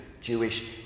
Jewish